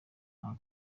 nta